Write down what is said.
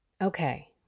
Okay